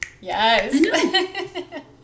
Yes